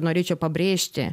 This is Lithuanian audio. norėčiau pabrėžti